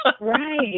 Right